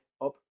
up